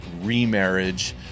remarriage